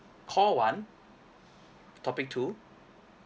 call one topic two